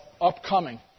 upcoming